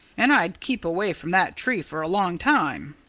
and i'd keep away from that tree for a long time.